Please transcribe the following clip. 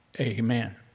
Amen